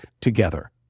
together